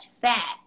fat